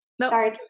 Sorry